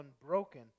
unbroken